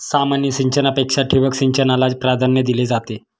सामान्य सिंचनापेक्षा ठिबक सिंचनाला प्राधान्य दिले जाते